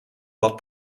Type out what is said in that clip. blad